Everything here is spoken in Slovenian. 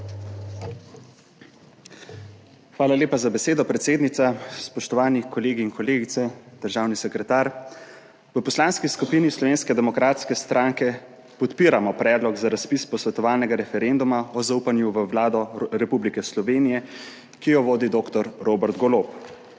Hvala lepa za besedo, predsednica. Spoštovani kolegi in kolegice, državni sekretar! V Poslanski skupini Slovenske demokratske stranke podpiramo predlog za razpis posvetovalnega referenduma o zaupanju v Vlado Republike Slovenije, ki jo vodi doktor Robert Golob.